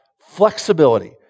flexibility